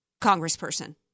congressperson